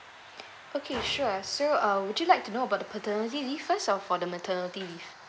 okay sure so uh would you like to know about the paternity leave first or for the maternity leave